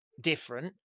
different